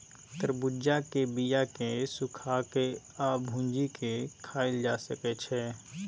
तरबुज्जा के बीया केँ सुखा के आ भुजि केँ खाएल जा सकै छै